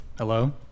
Hello